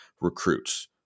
recruits